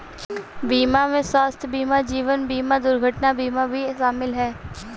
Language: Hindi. बीमा में स्वास्थय बीमा जीवन बिमा दुर्घटना बीमा भी शामिल है